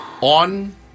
On